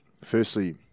Firstly